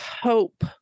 hope